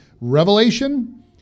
revelation